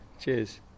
cheers